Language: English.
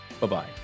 Bye-bye